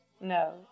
No